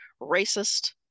racist